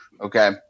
Okay